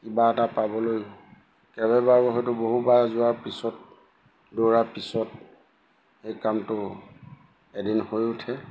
কিবা এটা পাবলৈ কেইবাবাৰো হয়তো বহুবাৰ যোৱাৰ পিছত দৌৰাৰ পিছত সেই কামটো এদিন হৈ উঠে